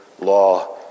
law